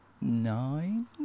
nine